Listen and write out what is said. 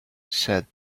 said